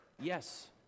Yes